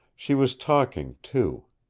she was talking, too.